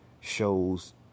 shows